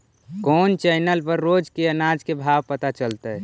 कोन चैनल पर रोज के अनाज के भाव पता चलतै?